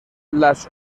las